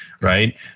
right